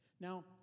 Now